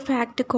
Fact